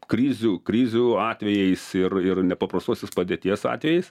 krizių krizių atvejais ir ir nepaprastosios padėties atvejais